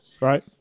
right